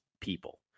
people